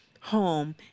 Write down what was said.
home